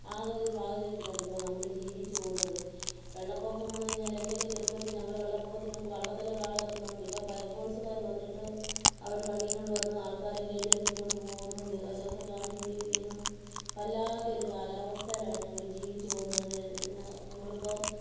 ആകെ ഒരു സാഹചര്യത്തിലല്ലേ ഇപ്പോൾ നമ്മൾ ജീവിച്ചു പോന്നത് വെള്ളപ്പൊക്കം വന്നുകഴിഞ്ഞാൽ എന്റെ ഒക്കെ ചെറുപ്പത്തിൽ ഞങ്ങൾ വെള്ളപ്പൊക്കത്തിനൊക്കെ ഞങ്ങൾ വെള്ളത്തിലൊക്കെ ആളെ ഇറക്കുന്നത് കൊണ്ട് ഇപ്പോൾ ഫയർ ഫോഴ്സ്കാർ വന്നിട്ട് അവർ വണ്ടിയും കൊണ്ട് വന്ന് ആൾക്കാരെ കയറ്റി ഇറക്കി കൊണ്ടുപോകുന്നു ദുരിതാശ്വാസ കാമ്പി ജീവിക്കുന്നു വല്ലാത്ത ഒരു കാലാവസ്ഥയിലാണ് ഞങ്ങൾ ജീവിച്ചു പോകുന്നത് പിന്നെ നമ്മളിപ്പം